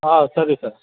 ಹಾಂ ಸರಿ ಸರ್